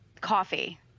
Coffee